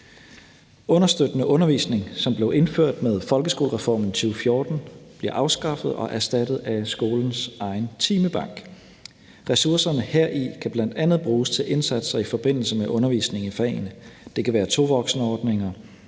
Understøttende undervisning, som blev indført med folkeskolereformen i 2014, bliver afskaffet og erstattet af skolens egen timebank. Ressourcerne heri kan bl.a. bruges til indsatser i forbindelse med undervisningen i fagene. Det kan være tovoksenordninger,